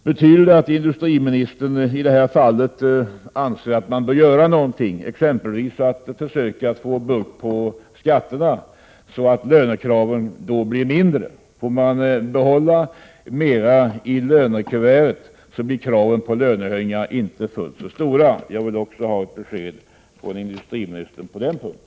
Anser industriministern att det finns anledning att göra någonting, exempelvis att försöka få bukt med skatterna så att lönekraven blir mindre? Om människor får behålla mer i lönekuvertet, blir kraven på lönehöjningar inte så stora. Jag vill gärna få ett besked av industriministern också på den punkten.